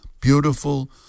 beautiful